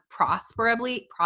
prosperably